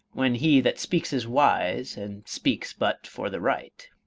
when he that speaks is wise, and speaks but for the right.